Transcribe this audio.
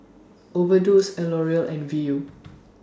Overdose L'Oreal and Viu